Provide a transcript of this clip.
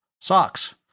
Socks